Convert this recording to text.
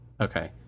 Okay